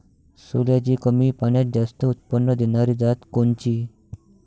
सोल्याची कमी पान्यात जास्त उत्पन्न देनारी जात कोनची?